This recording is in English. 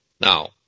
Now